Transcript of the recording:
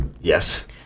Yes